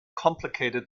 complicated